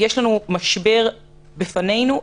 יש לנו משבר בפנינו,